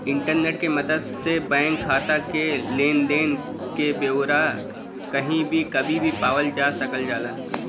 internet क मदद से बैंक खाता क लेन देन क ब्यौरा कही भी कभी भी पावल जा सकल जाला